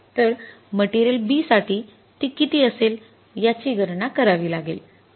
तर material B साठी ती किती असेल याची गणना करावी लागेल